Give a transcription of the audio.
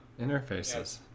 interfaces